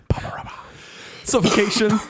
suffocation